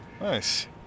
nice